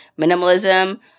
minimalism